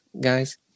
guys